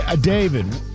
David